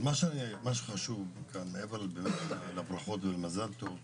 מה שחשוב כאן מעבר לברכות, ולמזל טוב,